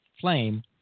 FLAME